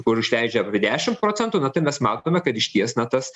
kur išleidžia dešim procentų na tai mes matome kad išties na tas